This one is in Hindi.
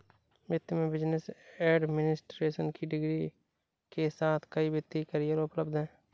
वित्त में बिजनेस एडमिनिस्ट्रेशन की डिग्री के साथ कई वित्तीय करियर उपलब्ध हैं